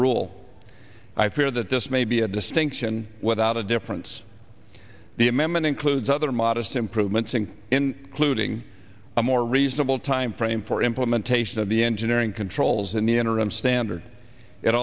rule i fear that this may be a distinction without a difference the amendment includes other modest improvements and in clude ing a more reasonable timeframe for implementation of the engineering controls in the interim standard it